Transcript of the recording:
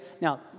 Now